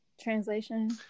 Translation